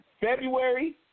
February